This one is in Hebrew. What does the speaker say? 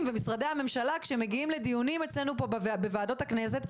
ומשרדי הממשלה כאשר הם מגיעים לדיונים בוועדות הכנסת,